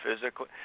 physically